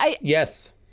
yes